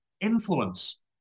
influence